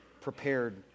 prepared